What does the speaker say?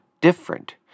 different